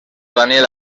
daniel